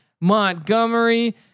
Montgomery